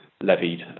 levied